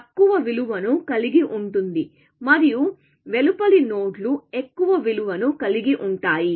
తక్కువ విలువను కలిగి ఉంటుంది మరియు వెలుపలి నోడ్లు ఎక్కువ విలువను కలిగి ఉంటాయి